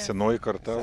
senoji karta